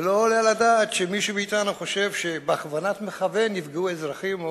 ולא עולה על הדעת שמישהו מאתנו חושב שבכוונת מכוון נפגעו אזרחים.